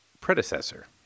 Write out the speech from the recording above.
predecessor